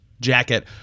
jacket